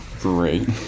great